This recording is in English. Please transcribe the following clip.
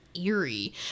Eerie